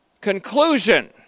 Conclusion